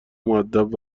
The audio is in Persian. مودب